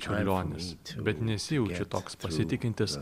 čiurlionis bet nesijaučiu toks pasitikintis